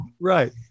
Right